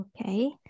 okay